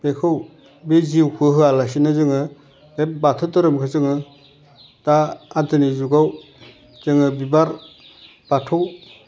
बेखौ बे जिउखौ होयालासिनो जोङो बे बाथौ धोरोमखौ जोङो दा आदोनिक जुगाव जोङो बिबार बाथौ